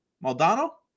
Maldonado